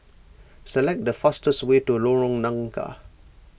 select the fastest way to Lorong Nangka